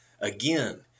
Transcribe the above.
Again